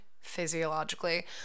physiologically